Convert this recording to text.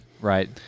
right